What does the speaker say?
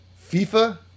fifa